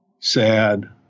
sad